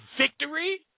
victory